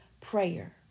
prayer